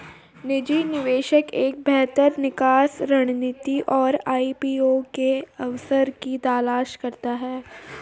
निजी निवेशक एक बेहतर निकास रणनीति और आई.पी.ओ के अवसर की तलाश करते हैं